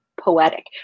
poetic